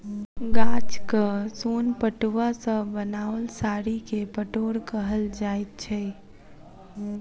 गाछक सोन पटुआ सॅ बनाओल साड़ी के पटोर कहल जाइत छै